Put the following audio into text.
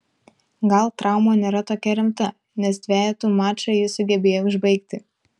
gal trauma nėra tokia rimta nes dvejetų mačą jis sugebėjo užbaigti